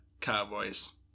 Cowboys